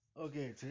Okay